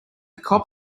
cop